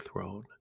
throne